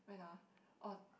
when ah oh